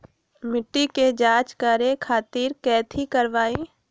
मिट्टी के जाँच करे खातिर कैथी करवाई?